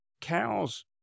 Cows